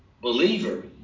Believer